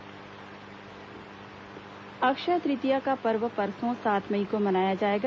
अक्षय तृतीया अक्षय तृतीया का पर्व परसों सात मई को मनाया जाएगा